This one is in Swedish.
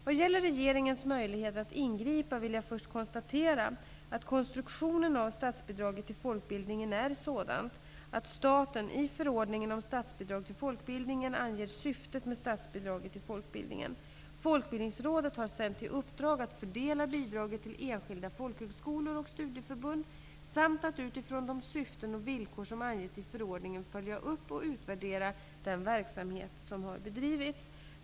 Vad gäller regeringens möjligheter att ingripa vill jag först konstatera att konstruktionen av statsbidraget till folkbildningen är sådan att staten -- i Förordningen om statsbidrag till folkbildningen -- anger syftet med statsbidraget till folkbildningen. Folkbildningsrådet har sedan i uppdrag att fördela bidraget till enskilda folkhögskolor och studieförbund samt att utifrån de syften och villkor som anges i förordningen följa upp och utvärdera den verksamhet som har bedrivits.